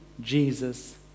Jesus